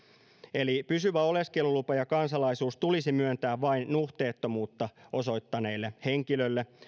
eli pysyvä oleskelulupa ja kansalaisuus tulisi myöntää vain nuhteettomuutta osoittaneelle henkilölle